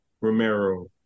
Romero